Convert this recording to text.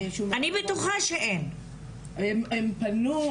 הם פנו,